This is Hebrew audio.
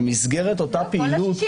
במסגרת אותה פעילות